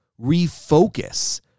refocus